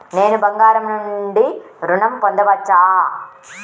నేను బంగారం నుండి ఋణం పొందవచ్చా?